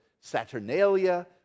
Saturnalia